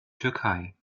türkei